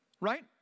right